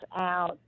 out